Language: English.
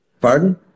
Pardon